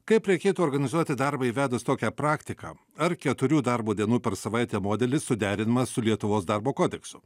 kaip reikėtų organizuoti darbą įvedus tokią praktiką ar keturių darbo dienų per savaitę modelis suderinamas su lietuvos darbo kodeksu